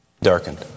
Darkened